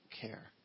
care